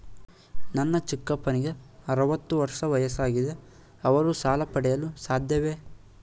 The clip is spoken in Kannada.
ನನ್ನ ಚಿಕ್ಕಪ್ಪನಿಗೆ ಅರವತ್ತು ವರ್ಷ ವಯಸ್ಸಾಗಿದೆ ಅವರು ಸಾಲ ಪಡೆಯಲು ಸಾಧ್ಯವೇ?